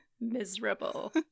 miserable